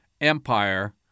empire